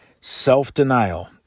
Self-denial